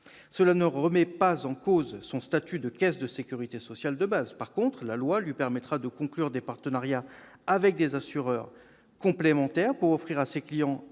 Cela ne remet pas en cause le statut de caisse de sécurité sociale de base. En revanche, la loi permettra à la CFE de conclure des partenariats avec des assureurs complémentaires pour offrir à ses clients